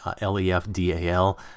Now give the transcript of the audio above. l-e-f-d-a-l